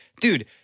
dude